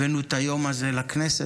הבאנו את היום הזה לכנסת,